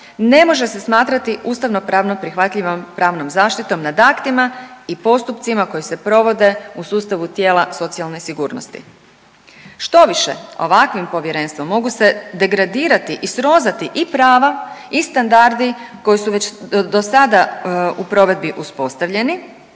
ne može se smatrati ustavnopravno prihvatljivom pravnom zaštitom nad aktima i postupcima koji se provode u sustavu tijela socijalne sigurnosti. Štoviše, ovakvim povjerenstvom mogu se degradirati i srozati i prava i standardi koji su već dosada u provedbi uspostavljeni